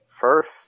first